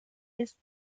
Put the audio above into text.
ist